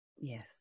Yes